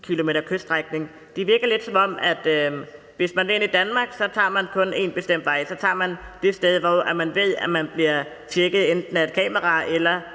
km kyststrækning. Det virker lidt, som om man, hvis man vil ind i Danmark, kun tager én bestemt vej. Så tager man det sted, hvor man ved at man bliver tjekket, enten af et kamera eller